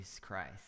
Christ